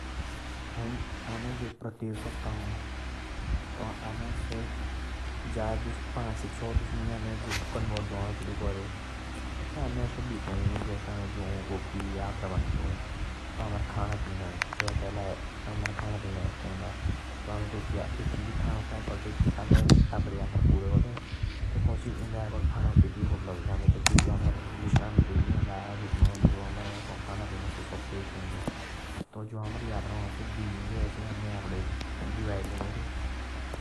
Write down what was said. अमे जो प्रत्येक सप्ताह हा। अमे ते टुक पांच से छः दस मुझे दू कन्वर्ट करे। जुस अमे खनाक अटका खंडे। तै अमे अपड़े यात्रा पूरे कर केर तैकि अयकर खंडे।